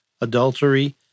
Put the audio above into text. adultery